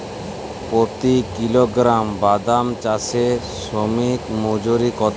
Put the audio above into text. প্রতি কিলোগ্রাম বাদাম চাষে শ্রমিক মজুরি কত?